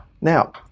Now